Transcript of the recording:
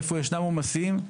איפה ישנם עומסים.